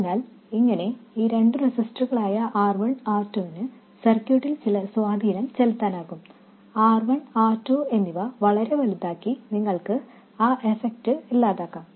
അതിനാൽ ഇങ്ങനെ ഈ രണ്ട് റെസിസ്റ്ററുകളായ R1 R2 വിന് സർക്യൂട്ടിൽ ചില സ്വാധീനം ചെലുത്താനാകും R1 R2 എന്നിവ വളരെ വലുതാക്കി നിങ്ങൾക്ക് ആ എഫെക്ട് ഇല്ലാതാക്കാം